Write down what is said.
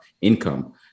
income